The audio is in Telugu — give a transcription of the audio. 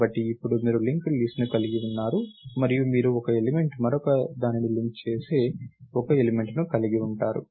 కాబట్టి ఇప్పుడు మీరు లింక్డ్ లిస్ట్ ను కలిగి ఉన్నారు మరియు మీరు ఒక ఎలిమెంట్ మరొకదానికి లింక్ చేసే ఒక ఎలిమెంట్ను కలిగి ఉంటారు